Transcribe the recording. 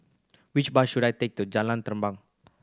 which bus should I take to Jalan Terentang